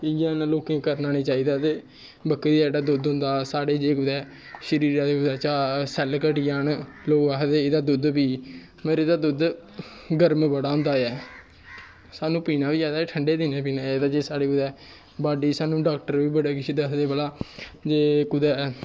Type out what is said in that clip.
इ'यै नेहा लोकें गी करना निं पौंदा ते बक्करी दा जेह्ड़े दुद्ध होंदे साढ़े जेह् कुतै शरीरा दे बिच्चा दा सैल्ल घटी जान लोग आखदे एह्दा दुद्ध पी मगर एह्दा दुद्ध गर्म बड़ा होंदा ऐ एह् ठंडे दे दिनै पीना चाहिदा जे साढ़े कुदै बाडी गी सानू डाक्टर बी बड़ा किश दसदे भला कुदै